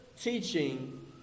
teaching